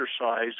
exercise